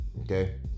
Okay